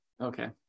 Okay